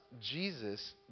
Jesus